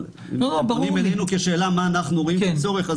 אבל כשפונים אלינו בשאלה מה אנחנו רואים כצורך,